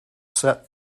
set